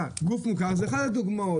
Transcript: גוף מוכר זה אחד הדוגמאות.